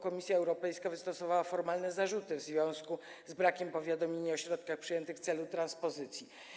Komisja Europejska wystosowała formalne zarzuty w związku z brakiem powiadomienia o środkach przyjętych w celu transpozycji.